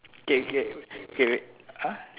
okay okay okay wait !huh!